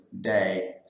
day